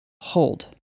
Hold